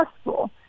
school